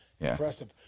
impressive